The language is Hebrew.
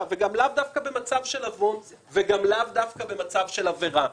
וגם לאו דווקא במצב של עוון וגם לאו דווקא במצב של עבירה.